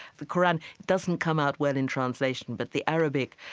the qur'an doesn't come out well in translation, but the arabic,